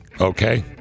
Okay